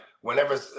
whenever